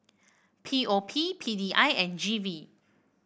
P O P P D I and G V